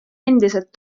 endiselt